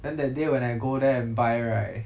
then that day when I go there and buy right